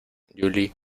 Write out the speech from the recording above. julie